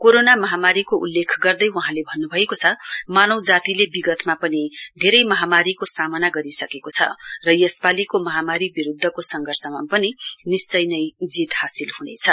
corona महामारीको उल्लेख गर्दै वहाँले भन्न्भएको छ मानवजातिले विगतमा पनि धेरै महामारीको सामना गरिसकेको छ र यसपालीको महामारी विरुद्धको संघर्षमा पनि निश्चय नै जीत हासिल ह्नेछ